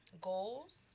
goals